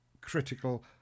critical